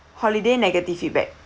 holiday negative feedback